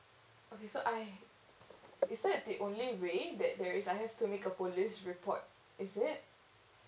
okay so I is that the only way that there is I have to make a police report is it